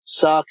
sucks